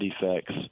defects